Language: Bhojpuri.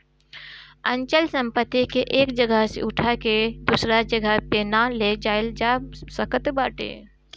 अचल संपत्ति के एक जगह से उठा के दूसरा जगही पे ना ले जाईल जा सकत बाटे